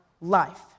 life